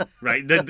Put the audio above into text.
Right